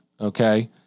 okay